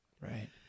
Right